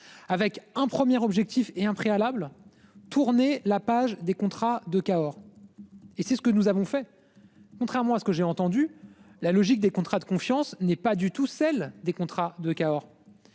avec un premier objectif est un préalable. Tourner la page des contrats de Cahors. Et c'est ce que nous avons fait. Contrairement à ce que j'ai entendu la logique des contrats de confiance n'est pas du tout celle des contrats de Cahors.